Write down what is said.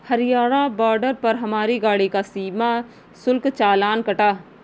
Haryana border पर हमारी गाड़ी का सीमा शुल्क चालान कटा